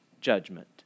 judgment